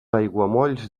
aiguamolls